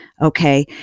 okay